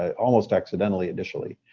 almost accidentally initially.